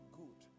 good